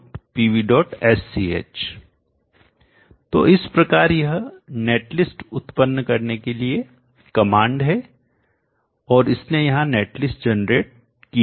gnetlist g spice sdb o pvnet input pvsch तो इस प्रकार यह नेटलिस्ट उत्पन्न करने के लिए कमांड है और इसने यहां नेटलिस्ट जनरेट की होगी